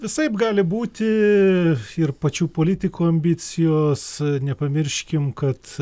visaip gali būti ir pačių politikų ambicijos nepamirškim kad